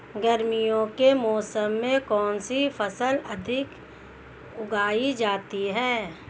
गर्मियों के मौसम में कौन सी फसल अधिक उगाई जाती है?